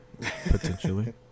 Potentially